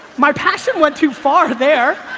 my passion went too far there.